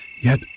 Yet